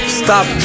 stop